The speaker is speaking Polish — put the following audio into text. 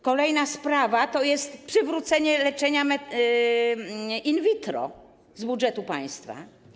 Kolejna sprawa to jest przywrócenie leczenia in vitro z budżetu państwa.